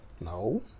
No